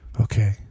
Okay